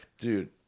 dude